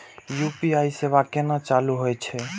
UPI सेवा केना चालू है छै?